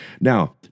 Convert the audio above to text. Now